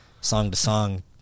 song-to-song